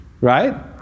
Right